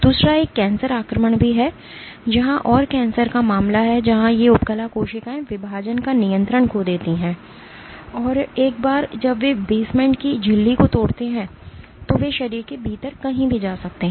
दूसरा एक कैंसर आक्रमण है जहां और कैंसर का मामला है जहां ये उपकला कोशिकाएं विभाजन का नियंत्रण खो देती हैं और एक बार जब वे बेसमेंट की झिल्ली को तोड़ते हैं तो वे शरीर के भीतर कहीं भी जा सकते हैं